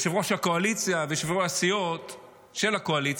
יושב-ראש הקואליציה ויושבי-ראש הסיעות של הקואליציה,